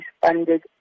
funded